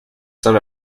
son